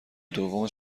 دوم